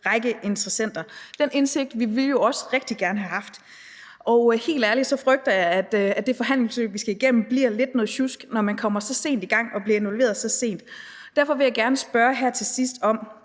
række interessenter. Den indsigt ville vi jo også rigtig gerne have haft. Og helt ærligt frygter jeg, at det forhandlingsforløb, vi skal igennem, bliver lidt noget sjusk, når man kommer så sent i gang og bliver involveret så sent. Derfor vil jeg gerne her til sidst